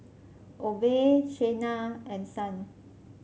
Obe Shayna and Son